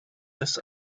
this